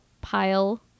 pile